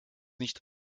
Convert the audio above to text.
nicht